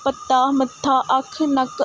ਪੱਤਾ ਮੱਥਾ ਅੱਖ ਨੱਕ